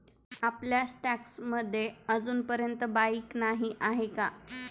आपल्या स्टॉक्स मध्ये अजूनपर्यंत बाईक नाही आहे का?